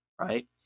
right